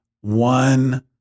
one